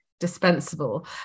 dispensable